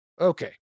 Okay